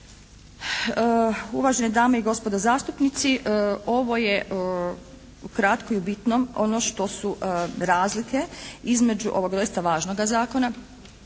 Uvažene dame i gospodo zastupnici, ovo je ukratko i bitno ono što su razlike između ovog doista važnoga zakona,